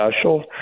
special